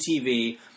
TV